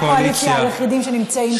חברי הקואליציה היחידים שנמצאים פה.